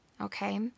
Okay